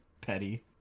petty